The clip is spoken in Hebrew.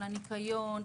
על הניקיון,